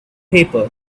paper